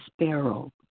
sparrow